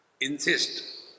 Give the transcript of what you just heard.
Insist